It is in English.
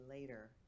later